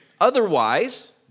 Otherwise